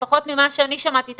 לפחות ממה שאני שמעתי,